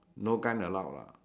no gun allowed lah